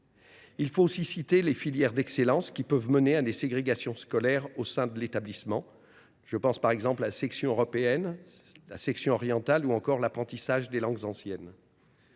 Il faut aussi citer les filières d’excellence, qui peuvent mener à une ségrégation scolaire au sein d’un même établissement : je pense, par exemple, à la section européenne, à la section orientale ou encore à l’apprentissage des langues anciennes.